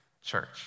church